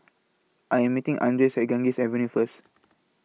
I Am meeting Andres At Ganges Avenue First